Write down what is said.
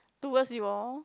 towards you all